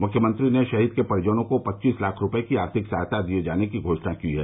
मुख्यमंत्री ने शहीद के परिजनों को पच्चीस लाख रुपए की आर्थिक सहायता दिए जाने की घोषणा की है